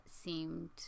seemed